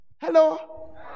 Hello